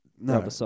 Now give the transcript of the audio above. No